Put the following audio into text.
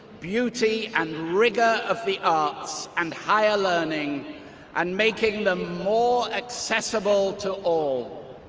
beauty, and rigor of the arts and higher learning and making them more accessible to all.